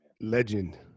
legend